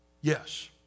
yes